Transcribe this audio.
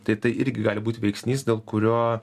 tai tai irgi gali būt veiksnys dėl kurio